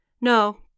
No